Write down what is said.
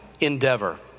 endeavor